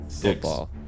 football